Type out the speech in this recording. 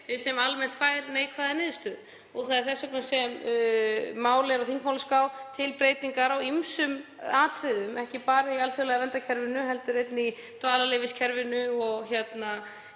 fyrr sem almennt fær neikvæða niðurstöðu? Það er þess vegna sem málið er á þingmálaskrá til breytingar á ýmsum atriðum, ekki bara í alþjóðlega verndarkerfinu heldur einnig í dvalarleyfiskerfinu o.fl.,